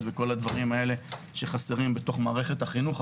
וכל הדברים האלה שחסרים במערכת החינוך,